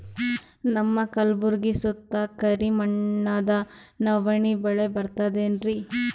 ನಮ್ಮ ಕಲ್ಬುರ್ಗಿ ಸುತ್ತ ಕರಿ ಮಣ್ಣದ ನವಣಿ ಬೇಳಿ ಬರ್ತದೇನು?